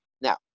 Now